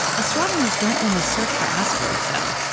astronomers don't only search for asteroids, though.